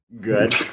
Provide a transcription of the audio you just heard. good